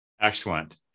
Excellent